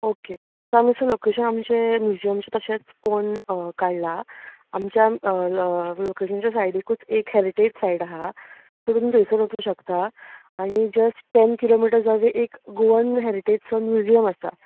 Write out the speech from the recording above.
okay so आमचे location आमचे म्युजियमचे तशेंच पोन काडलां आमच्या लोकेशनच्या सायडिकूच एक हेरिटेज सायट हा तुमी थंयसर वचूं शकता आनी just ten kilometres away Goan गोवन हेरिटेजचो म्युजियम आसा